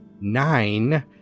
Nine